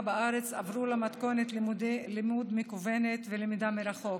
בארץ עברו למתכונת לימוד מקוונת ולמידה מרחוק,